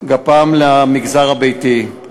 גפ"מ למגזר הביתי,